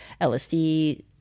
LSD